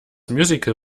musical